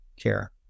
care